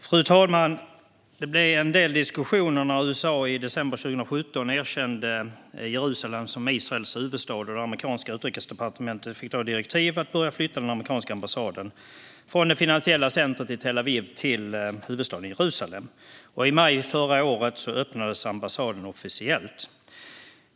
Fru talman! Det blev en del diskussioner när USA i december 2017 erkände Jerusalem som Israels huvudstad och det amerikanska utrikesdepartementet fick direktiv att börja flytta den amerikanska ambassaden från det finansiella centrumet Tel Aviv till huvudstaden Jerusalem. I maj förra året öppnades ambassaden officiellt.